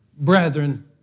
Brethren